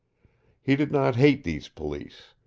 he did not hate these police.